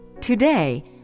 Today